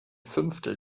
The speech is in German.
fünftel